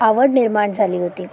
आवड निर्माण झाली होती